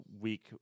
week